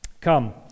Come